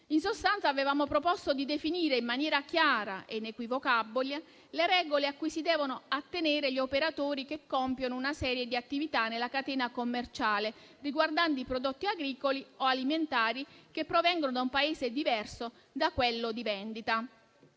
In sostanza avevamo proposto di definire in maniera chiara e inequivocabile le regole a cui si devono attenere gli operatori che compiono una serie di attività nella catena commerciale riguardanti i prodotti agricoli o alimentari che provengono da un Paese diverso da quello di vendita.